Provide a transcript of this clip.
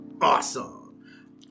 Awesome